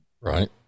Right